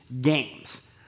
games